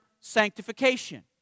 sanctification